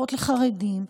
הכשרות לחרדים.